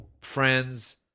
friends